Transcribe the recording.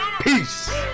Peace